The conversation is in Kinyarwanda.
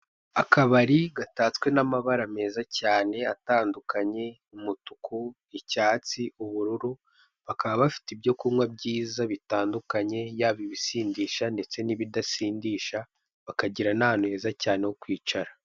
Akabari gatatswe n'amabara meza cyane atandukanye: umutuku, icyatsi, ubururu, bakaba bafite ibyo kunywa byiza bitandukanye, yaba ibisindisha ndetse n'ibidasindisha, bakagira n'ahantu heza ho kwicara.